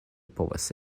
povas